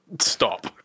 stop